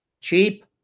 cheap